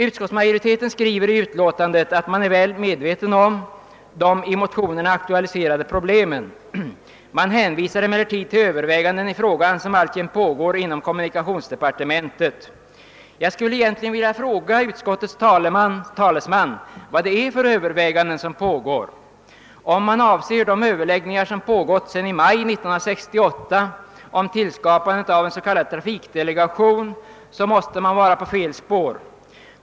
Utskottsmajoriteten skriver i utlåtandet att man är väl medveten om de i motionerna aktualiserade problemen. Man hänvisar emellertid till överväganden i frågan som alltjämt pågår inom kommunikationsdepartementet. Jag vill fråga utskottets talesman: Vad är det för överväganden som pågår? Avser man de överläggningar som pågått sedan i maj 1968 om tillskapandet av en s.k. trafikdelegation?